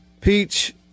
peach